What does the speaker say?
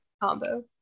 combo